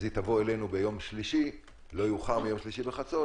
אז היא תבוא אלינו לא יאוחר מיום שלישי בחצות